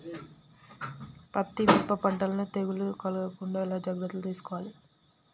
పత్తి మిరప పంటలను తెగులు కలగకుండా ఎలా జాగ్రత్తలు తీసుకోవాలి?